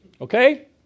Okay